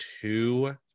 two